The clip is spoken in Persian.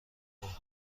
اوه